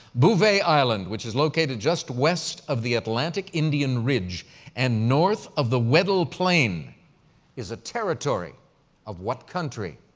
bouvet island, which is located just west of the atlantic-indian ridge and north of the weddell plain is a territory of what country?